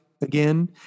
again